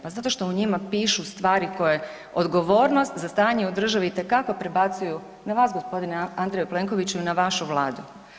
Pa zato što u njima pišu stvari koje odgovornost za stanje u državi itekako prebacuju na vas, g. Andreju Plenkoviću i na vašu Vladu.